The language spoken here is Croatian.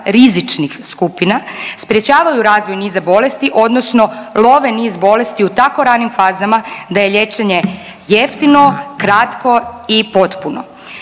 rizičnih skupina sprječavaju razvoj niza bolesti odnosno love niz bolesti u tako ranim fazama da je liječenje jeftino, kratko i potpuno.